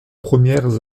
premières